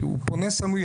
שהוא פונה סמוי,